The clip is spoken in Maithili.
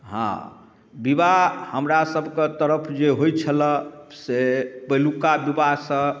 हँ बिवाह हमरा सबके तरफ जे होइ छलऽ से पहिलुका बिवाहसँ